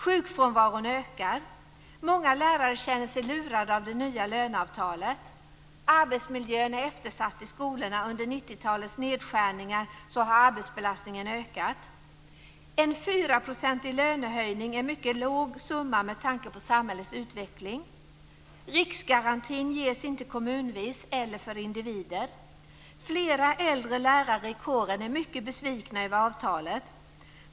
Sjukfrånvaron ökar. Många lärare känner sig lurade av det nya löneavtalet. Arbetsmiljön är eftersatt i skolorna, och under 90-talets nedskärningar har arbetsbelastningen ökat. En 4 procentig lönehöjning är mycket låg med tanke på samhällets utveckling. Riksgarantin ges inte kommunvis eller för individer. Flera äldre lärare i kåren är mycket besvikna över avtalet.